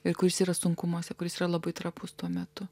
ir kuris yra sunkumuose kuris yra labai trapus tuo metu